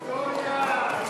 היסטוריה.